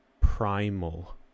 primal